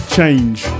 Change